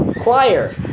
Choir